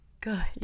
good